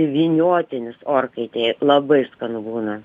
vyniotinis orkaitėje labai skanu būna